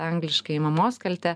angliškai mamos kalte